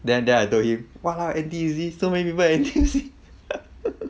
then then I told him !walao! N_T_U_C so many people at N_T_U_C